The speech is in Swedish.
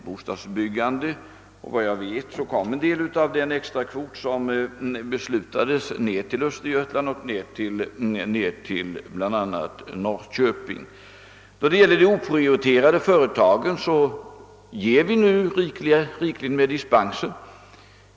Enligt vad jag vet gick en del av den extrakvot som beslutades till Östergötland, bl.a. till Norr köping. Då det gäller de oprioriterade företagen ger vi nu rikligt med dispenser.